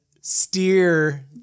steer